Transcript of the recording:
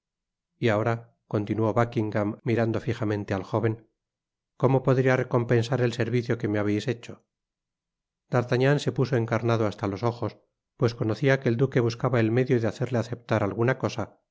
y ahora continuó buckingam mirando fijamente al joven cómo podria recompensar el servicio que me habeis hecho d'artagnan se puso encarnado hasta los ojos pues conocia que el duque buscaba el medio de hacerle aceptar alguna cosa